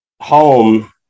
home